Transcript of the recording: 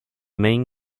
main